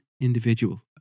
individual